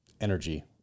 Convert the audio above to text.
energy